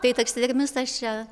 tai taksidermistas čia